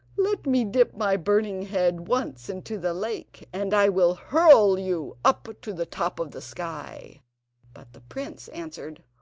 let me dip my burning head once into the lake, and i will hurl you up to the top of the sky but the prince answered,